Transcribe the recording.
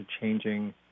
changing